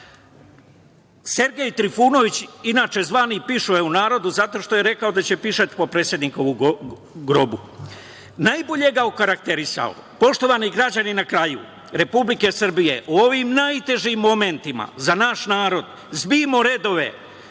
Sergej Trifunović, inače zvani pišoje u narodu, zato što je rekao da će pišati po predsednikovom grobu, najbolje ga okarakterisao. Poštovani građani Republike Srbije, na kraju, u ovim najtežim momentima za naš narod zbijmo redove,